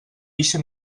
ixen